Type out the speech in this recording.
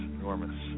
enormous